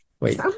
Wait